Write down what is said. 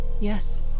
Yes